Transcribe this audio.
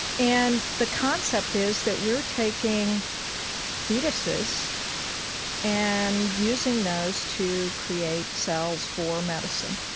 and the concept is that we're taking fetuses and using those to create cells for medicine.